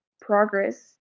progress